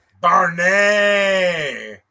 Barney